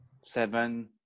seven